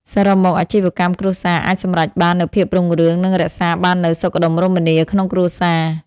សរុបមក អាជីវកម្មគ្រួសារអាចសម្រេចបាននូវភាពរុងរឿង និងរក្សាបាននូវសុខដុមរមនាក្នុងគ្រួសារ។